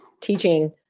teaching